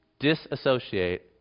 disassociate